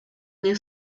mnie